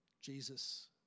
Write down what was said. Jesus